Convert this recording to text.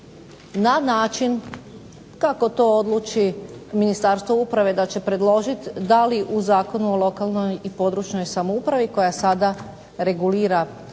na način kako to odluči Ministarstvo uprave da će predložiti da li u Zakonu o lokalnoj i područnoj samoupravi koja sada regulira